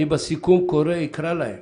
אני בסיכום אקרא להם